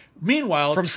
Meanwhile